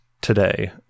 today